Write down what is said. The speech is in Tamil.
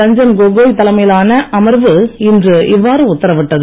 ரஞ்சன் கோகோய் தலைமையிலான அமர்வு இன்று இவ்வாறு உத்தரவிட்டது